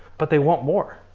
but they want more.